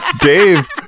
Dave